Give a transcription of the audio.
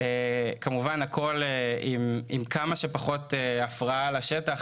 כמובן שהכול עם כמה שפחות הפרעה לשטח,